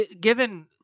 given